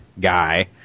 guy